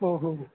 ओहो